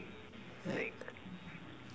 like